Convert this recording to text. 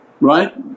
Right